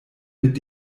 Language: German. mit